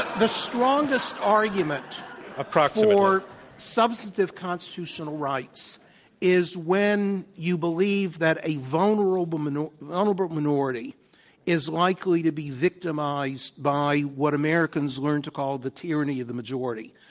the strongest argument ah for substantive constitutional rights is when you believe that a vulnerable minority vulnerable minority is likely to be victimized by what americans learned to call the tyranny of the majority.